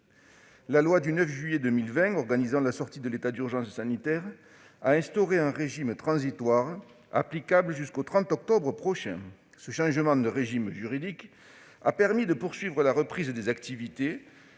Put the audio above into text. La loi du 9 juillet 2020 organisant la sortie de l'état d'urgence sanitaire a instauré un régime transitoire, applicable jusqu'au 30 octobre prochain. Ce changement de régime juridique a permis de poursuivre la reprise des activités